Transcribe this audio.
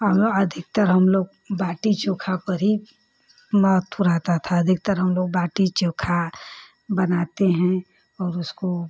अधिकतर हमलोग बाटी चोखा पर ही फुराता था अधिकतर हमलोग बाटी चोखा बनाते हैं और उसको